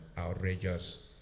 outrageous